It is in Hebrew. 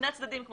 עולם